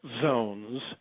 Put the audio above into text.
zones